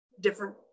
different